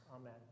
Amen